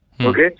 Okay